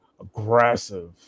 Aggressive